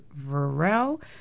Varel